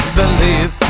believe